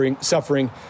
suffering